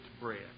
bread